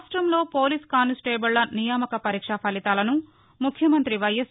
రాష్టంలో police constable నియామక పరీక్షా ఫలితాలను ముఖ్యమంతి వై ఎస్